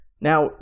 Now